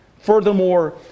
Furthermore